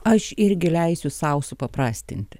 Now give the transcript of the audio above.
aš irgi leisiu sau supaprastint